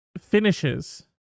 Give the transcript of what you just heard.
finishes